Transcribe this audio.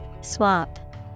Swap